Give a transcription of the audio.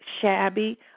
shabby